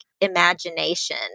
imagination